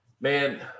man